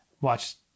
watch